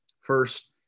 First